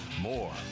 more